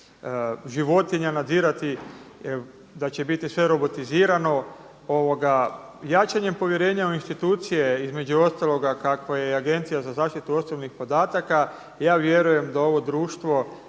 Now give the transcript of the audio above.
životinja nadzirati, da će biti sve robotizirano. Jačanjem povjerenja u institucije između ostaloga kakva je i Agencija za zaštitu osobnih podataka ja vjerujem da ovo društvo